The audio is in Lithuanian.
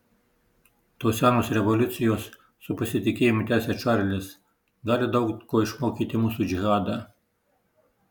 tos senos revoliucijos su pasitikėjimu tęsia čarlis gali daug ko išmokyti mūsų džihadą